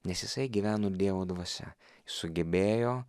nes jisai gyveno dievo dvasia sugebėjo